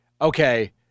okay